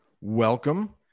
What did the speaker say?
Welcome